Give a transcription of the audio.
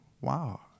Wow